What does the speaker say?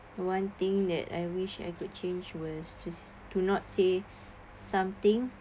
for one thing that I wish I could change was to to not say